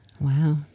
Wow